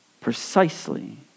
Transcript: precisely